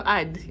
add